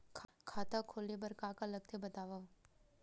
खाता खोले बार का का लगथे बतावव?